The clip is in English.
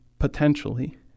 potentially